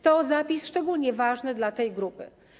To zapis szczególnie ważny dla tej grupy.